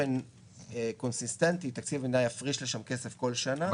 באופן קונסיסטנטי תקציב המדינה יפריש לשם כסף כל שנה.